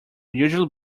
usually